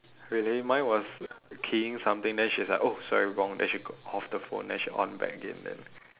really mine was keying something then she was like oh sorry wrong then she off the phone then she on back again then